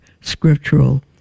scriptural